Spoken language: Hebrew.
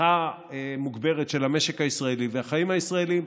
לפתיחה מוגברת של המשק הישראלי והחיים הישראליים,